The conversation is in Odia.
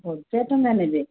ହଜାର ଟଙ୍କା ନେବେ